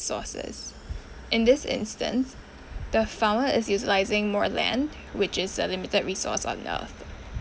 resources in this instance the farmer is utilising more land which is uh limited resource